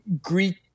Greek